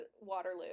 Waterloo